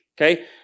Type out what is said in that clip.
okay